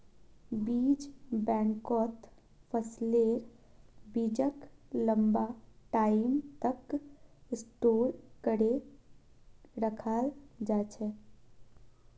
बीज बैंकत फसलेर बीजक लंबा टाइम तक स्टोर करे रखाल जा छेक